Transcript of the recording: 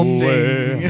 sing